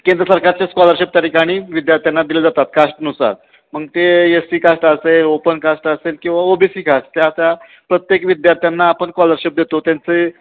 केंद्र सरकारच्या स्कॉलरशिप त्या ठिकाणी विद्यार्थ्यांना दिले जातात कास्टनुसार मग ते एस सी कास्ट असेल ओपन कास्ट असेल किंवा ओ बी सी कास्ट त्या आता प्रत्येक विद्यार्थ्यांना आपण कॉलरशिप देतो त्यांचे